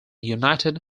united